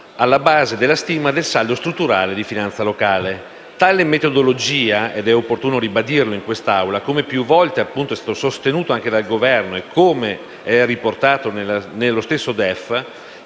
alla base della stima del saldo strutturale di finanza pubblica. Tale metodologia - è opportuno ribadirlo in quest'Aula - come più volte sostenuto anche dal Governo e come riportato nello stesso DEF,